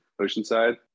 Oceanside